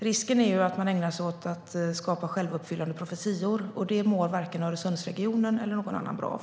Risken är att man ägnar sig åt att skapa självuppfyllande profetior, och det mår varken Öresundsregionen eller någon annan bra av.